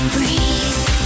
Breathe